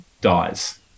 dies